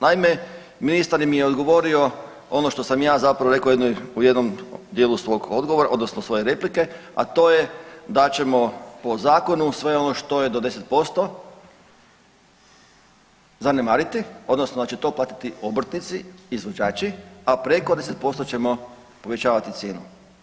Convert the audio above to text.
Naime, ministar mi je odgovorio ono što sam ja zapravo rekao u jednom dijelu svog odgovora, odnosno svoje replike, a to je da ćemo po zakonu sve ono što je do 10% zanemariti, odnosno da će to platiti obrtnici, izvođači a preko 10% ćemo povećavati cijenu.